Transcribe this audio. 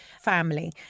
family